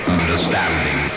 understanding